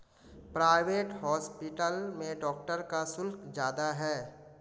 private hospital में doctor का शुल्क ज्यादा है